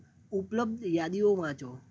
ઉપલબ્ધ યાદીઓ વાંચો